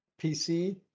PC